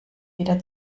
wieder